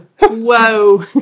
Whoa